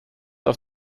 auf